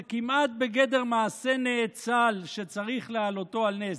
זה כמעט בגדר מעשה נאצל שצריך להעלותו על נס.